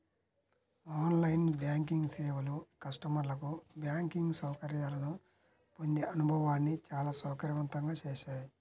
on line banking సేవలు కస్టమర్లకు banking సౌకర్యాలను పొందే అనుభవాన్ని చాలా సౌకర్యవంతంగా చేశాయి